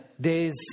days